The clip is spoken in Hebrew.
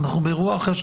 אנחנו באירוע אחר.